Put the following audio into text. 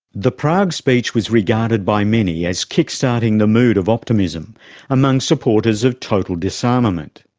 the prague speech was regarded by many as kick-starting the mood of optimism among supporters of total disarmament,